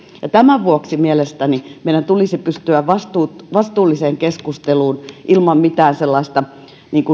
tämän vuoksi mielestäni meidän tulisi pystyä vastuulliseen keskusteluun ilman mitään sellaista